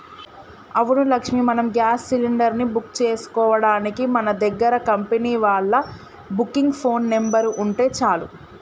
అవును లక్ష్మి మనం gas cylinder ని బుక్ చేసుకోవడానికి మన దగ్గర కంపెనీ వాళ్ళ బుకింగ్ ఫోన్ నెంబర్ ఉంటే చాలు